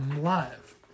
live